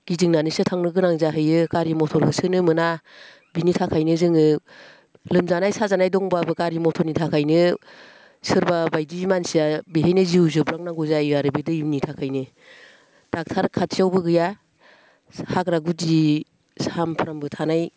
गिदिंनानैसो थांनो गोनां जाहैयो गारि मथर होसोनो मोना बिनि थाखायनो जोङो लोमजानाय साजानाय दंब्लाबो गारि मथरनि थाखायनो सोरबाबायदि मानसिया बेहायनो जिउ जोबलांनांगौ जायो आरो बे दैनि थाखायनो ड'क्टर खाथियावबो गैया हाग्रा गुदि सामफ्रामबो थानाय